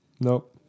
nope